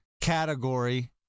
category